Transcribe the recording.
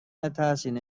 نترسین